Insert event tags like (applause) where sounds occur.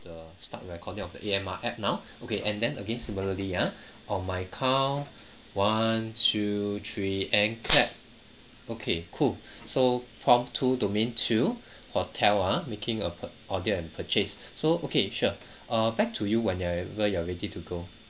the start recording of the A_M_R app now okay and then again similarly ah on my count one two three and clap okay cool (breath) so prompt two domain two hotel ah making a pur~ audio and purchase (breath) so okay sure uh back to you whenever you're ready to go